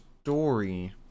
story